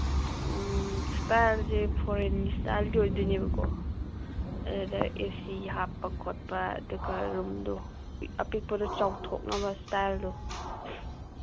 ꯏꯁꯇꯥꯏꯜꯁꯦ ꯐꯣꯔꯦꯟꯒꯤ ꯏꯁꯇꯥꯏꯜꯗꯤ ꯑꯣꯏꯗꯣꯏꯅꯤꯕꯀꯣ ꯑꯗꯨꯒ ꯑꯦ ꯁꯤ ꯍꯥꯞꯄ ꯈꯣꯠꯄ ꯑꯗꯨꯒ ꯔꯨꯝꯗꯣ ꯑꯄꯤꯛꯄꯗꯣ ꯆꯥꯎꯊꯣꯛꯅꯕ ꯏꯁꯇꯥꯏꯜꯗꯣ